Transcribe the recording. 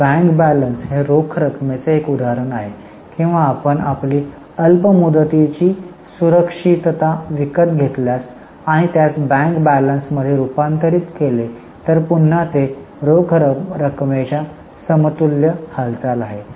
तर bank balance हे रोख रकमेचे एक उदाहरण आहे किंवा आपण आपली अल्प मुदतीची सुरक्षितता विकत घेतल्यास आणि त्यास बँक बॅलन्समध्ये रूपांतरित केले तर पुन्हा ते रोख रकमेच्या समतुल्य हालचाल आहे